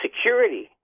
security